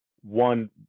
one